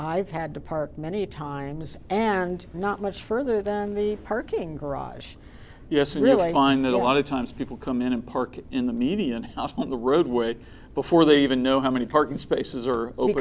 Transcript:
i've had to park many times and not much further than the parking garage yes really mind that a lot of times people come in and park in the median house when the road which before they even know how many parking spaces